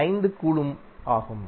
5 coulomb ஆகும்